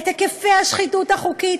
את היקפי השחיתות החוקית,